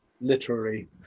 literary